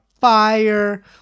fire